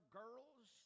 girls